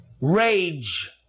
Rage